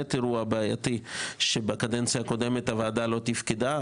אירוע בעייתי שבקדנציה הקודמת הוועדה לא תפקדה.